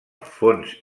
fonts